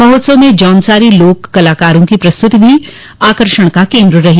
महोत्सव में जौनसारी लोक कलाकारों की प्रस्तृति भी आकर्षण का केंद्र रही